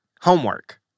Homework